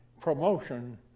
promotion